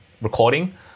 recording